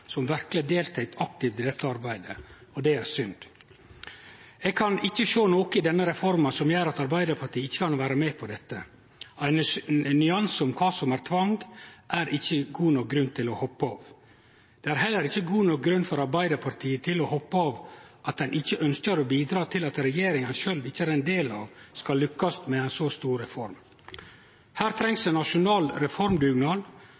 som verkeleg deltek aktivt i dette arbeidet, og det er synd. Eg kan ikkje sjå noko i denne reforma som gjer at Arbeidarpartiet ikkje kan vere med på dette. Ein nyanse om kva som er tvang, er ikkje god nok grunn til å hoppe av dette arbeidet. Det er heller ikkje god nok grunn for Arbeidarpartiet til å hoppe av at ein ikkje ønskjer å bidra til at ei regjering ein sjølv ikkje er ein del av, skal lukkast med ei så stor reform. Her